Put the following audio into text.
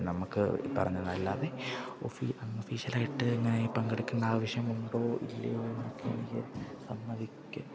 നമുക്ക് ഈ പറഞ്ഞതല്ലാതെ അൺഒഫീഷ്യലായിട്ട് ഇങ്ങനെ പങ്കെടുക്കേണ്ട ആവശ്യമുണ്ടോ ഇല്ലയോയെന്നൊക്കെ